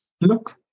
Look